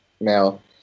male